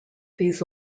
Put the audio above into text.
these